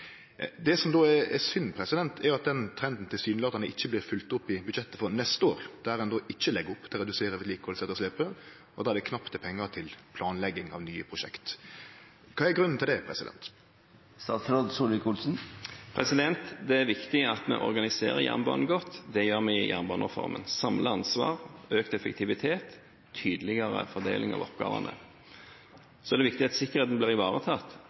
Det som då er synd, er at den trenden tilsynelatande ikkje blir følgd opp i budsjettet for neste år, der ein ikkje legg opp til å redusere vedlikehaldsetterlepet, og der det knapt er pengar til planlegging av nye prosjekt. Kva er grunnen til det? Det er viktig at vi organiserer jernbanen godt. Det gjør vi i jernbanereformen – samler ansvar, økt effektivitet, tydeligere fordeling av oppgavene. Så er det viktig at sikkerheten blir ivaretatt.